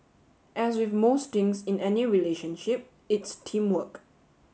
as with most things in any relationship it's teamwork